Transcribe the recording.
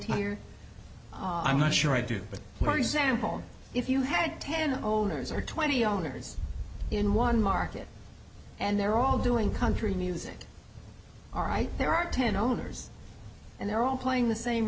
here i'm not sure i do but for example if you had ten owners or twenty owners in one market and they're all doing country music all right there are ten owners and they're all playing the same